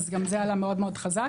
אז גם זה עלה מאוד מאוד חזק.